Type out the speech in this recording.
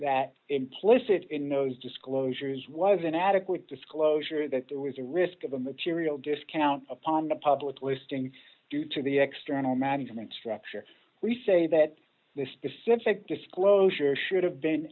that implicit in those disclosures was inadequate disclosure that there was a risk of a material discount upon the public listing due to the external management structure we say that the specific disclosure should have been